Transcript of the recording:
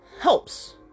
helps